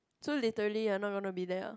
so literally you're not gonna be there ah